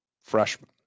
freshman